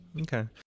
Okay